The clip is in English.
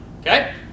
okay